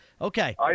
okay